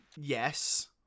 Yes